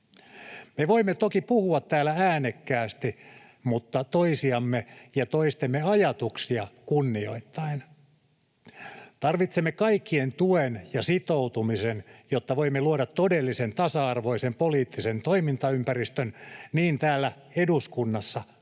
Me voimme toki puhua täällä äänekkäästi, mutta toisiamme ja toistemme ajatuksia kunnioittaen. Tarvitsemme kaikkien tuen ja sitoutumisen, jotta voimme luoda todellisen tasa-arvoisen poliittisen toimintaympäristön niin täällä eduskunnassa kuin